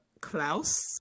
klaus